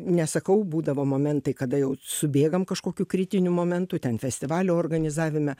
nesakau būdavo momentai kada jau subėgam kažkokiu kritiniu momentu ten festivalio organizavime